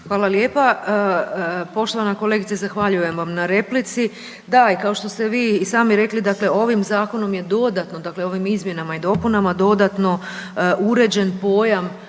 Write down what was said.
Hvala lijepa poštovana kolegice, zahvaljujem vam na replici. Da, i kao što ste vi i sami rekli, dakle ovim Zakonom je dodatno, dakle ovim Izmjenama i dopunama dodatno uređen pojam